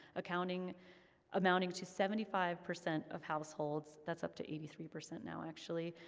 amounting amounting to seventy five percent of households, that's up to eighty three percent now actually,